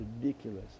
ridiculous